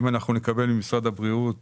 אם נקבל ממשרד הבריאות